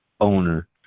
owner